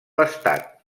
estat